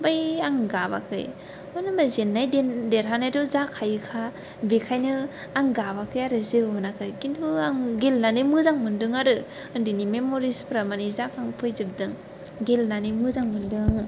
ओमफाय आं गाबाखै मानो होनब्ला जेननाय देरहानायाथ' जाखायोखा बेखायनो आं गाबाखै आरो जेबो मोनाखै खिन्थु आं गेलेनानै मोजां मोनदों आरो उन्दैनि मेमरिसफोरा माने जाखांफैजोबदों गेलेनानै मोजां मोनदों